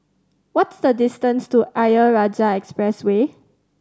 what's the distance to Ayer Rajah Expressway